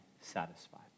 satisfied